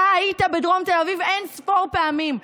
אתה היית בדרום תל אביב אין-ספור פעמים.